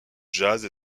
jazz